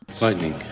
Lightning